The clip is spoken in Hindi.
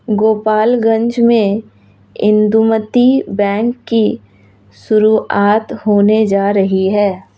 गोपालगंज में इंदुमती बैंक की शुरुआत होने जा रही है